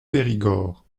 périgord